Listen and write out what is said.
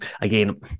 Again